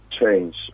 change